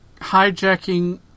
hijacking